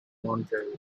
monterrey